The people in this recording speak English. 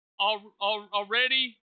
already